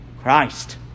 Christ